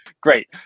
great